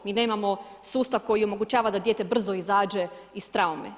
Mi nemamo sustav koji omogućava da dijete brzo izađe iz traume.